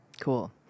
Cool